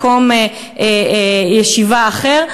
מקום ישיבה אחר,